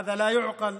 זה לא ייתכן.